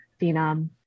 Phenom